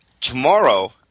tomorrow